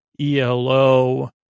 ELO